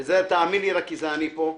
וזה, תאמין לי, רק כי זה אני פה.